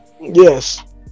Yes